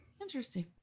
Interesting